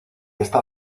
esta